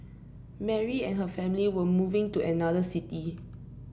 Mary and her family were moving to another city